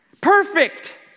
Perfect